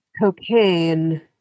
cocaine